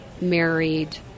married